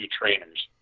trainers